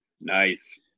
Nice